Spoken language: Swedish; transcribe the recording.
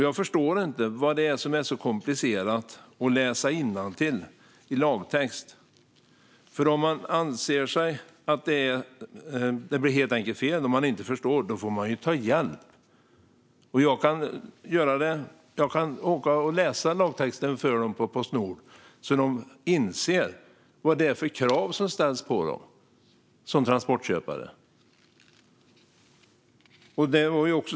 Jag förstår inte vad det är som är så komplicerat med att läsa innantill i lagtext. Om man anser att det blir fel och att man helt enkelt inte förstår får man ta hjälp. Jag kan åka och läsa lagtexten för dem på Postnord så att de inser vad det är för krav som ställs på dem som transportköpare.